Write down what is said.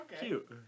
Cute